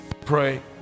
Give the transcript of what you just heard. Pray